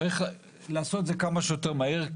צריך לעשות את זה כמה שיותר מהר,